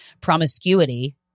promiscuity